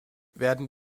werden